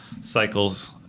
cycles